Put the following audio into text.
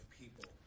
people